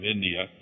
India